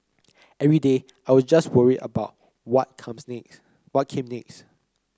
every day I was just worried about what comes next what came next